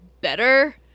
better